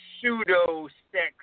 pseudo-sex